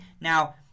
Now